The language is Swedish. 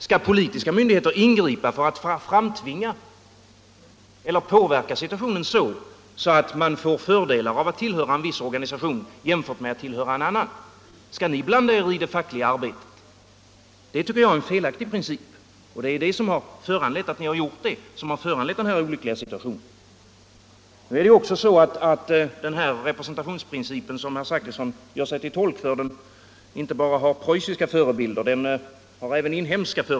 Skall politiska myndigheter ingripa för att framtvinga eller påverka situationen så, att man får fördelar av att tillhöra en viss organisation jämfört med att tillhöra en annan? Skall ni blanda er i det fackliga arbetet? Det tycker jag är en felaktig princip. Att ni gjort det har föranlett den här olyckliga situationen. Den här representationsprincipen som herr Zachrisson gör sig till tolk för har inte bara preussiska förebilder utan även inhemska.